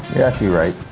yeah actually right.